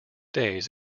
days